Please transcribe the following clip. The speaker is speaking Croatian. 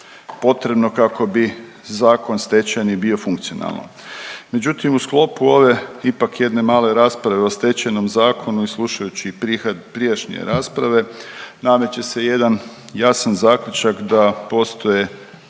potrebno kako bi zakon stečajni bio funkcionalan. Međutim, u sklopu ove ipak jedne male rasprave o Stečajnom zakonu i slušajući prijašnje rasprave nameće se jedan jasan zaključak da postoje